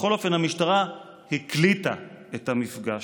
בכל אופן המשטרה הקליטה את המפגש,